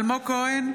אלמוג כהן,